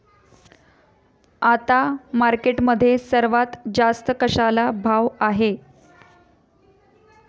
आता मार्केटमध्ये सर्वात जास्त कशाला भाव आहे?